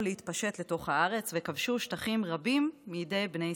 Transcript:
להתפשט לתוך הארץ וכבשו שטחים רבים מידי בני ישראל.